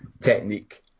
technique